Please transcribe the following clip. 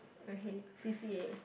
okay C_C_A